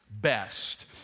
best